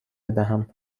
بدهم